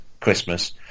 Christmas